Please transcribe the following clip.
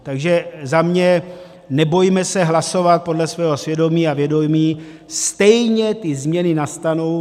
Takže za mě, nebojme se hlasovat podle svého svědomí a vědomí, stejně ty změny nastanou.